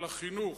על החינוך,